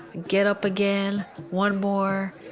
get up again. one more,